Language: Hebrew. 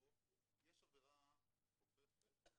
יש עבירה חופפת,